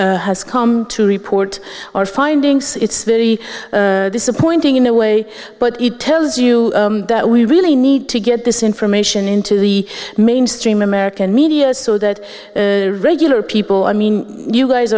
nobody has come to report our findings it's very disappointing in a way but it tells you that we really need to get this information into the mainstream american media so that regular people i mean you guys